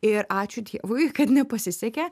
ir ačiū dievui kad nepasisekė